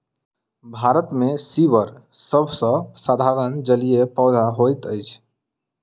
भारत मे सीवर सभ सॅ साधारण जलीय पौधा होइत अछि